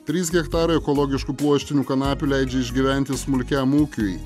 trys hektarai ekologiškų pluoštinių kanapių leidžia išgyventi smulkiam ūkiui